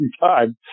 time